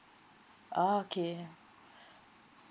okay